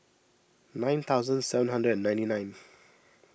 nine thousand seven hundred and ninety nine